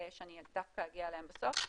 שהבטחתי להגיע אליהם בסוף.